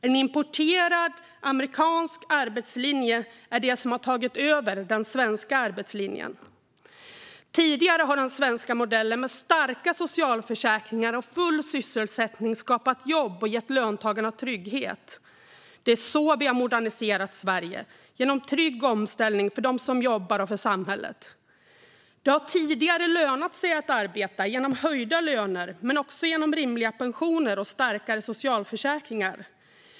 En importerad amerikansk arbetslinje är det som tagit över den svenska arbetslinjen. Tidigare har den svenska modellen med starka socialförsäkringar och full sysselsättning skapat jobb och gett löntagarna trygghet. Det är så vi har moderniserat Sverige: genom trygg omställning för dem som jobbar och för samhället. Det har tidigare lönat sig att arbeta, såväl genom höjda löner som genom rimliga pensioner och starkare socialförsäkringar.